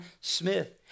smith